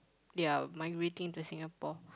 they are migrating to Singapore